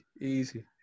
easy